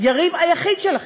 היריב היחיד שלכם,